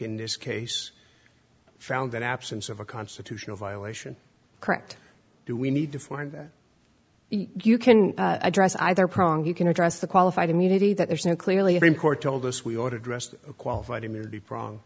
in this case found that absence of a constitutional violation correct do we need to for that you can address either prong you can address the qualified immunity that there's no clearly in court told us we ought addressed a qualified immunity prong